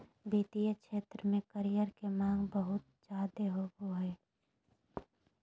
वित्तीय क्षेत्र में करियर के माँग बहुत ज्यादे होबय हय